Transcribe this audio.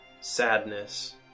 sadness